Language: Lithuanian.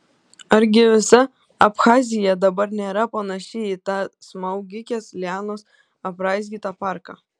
argi visa abchazija dabar nėra panaši į tą smaugikės lianos apraizgytą parką